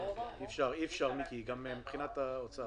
אי-אפשר מיקי, גם מבחינת האוצר.